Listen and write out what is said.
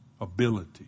ability